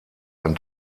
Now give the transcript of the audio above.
ein